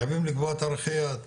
חייבים לקבוע תאריכי יעד,